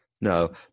No